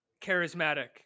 charismatic